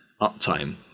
uptime